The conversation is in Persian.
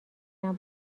دلم